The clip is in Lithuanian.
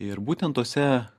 ir būtent tuose